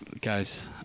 guys